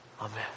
Amen